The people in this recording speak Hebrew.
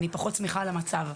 אני פחות שמחה על המצב.